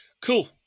cool